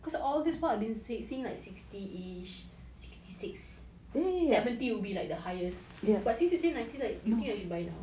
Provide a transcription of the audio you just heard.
cause all this while I been seeing like sixty-ish sixty six a seventy will be like the highest but since you say ninety like you think like I should buy now